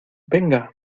venga